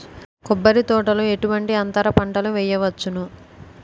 కొబ్బరి తోటలో ఎటువంటి అంతర పంటలు వేయవచ్చును?